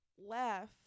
left